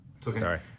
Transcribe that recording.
sorry